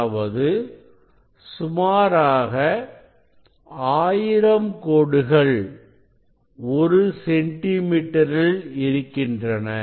அதாவது சுமாராக 1000 கோடுகள் ஒரு சென்டி மீட்டரில் இருக்கின்றன